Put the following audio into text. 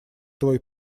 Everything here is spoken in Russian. твой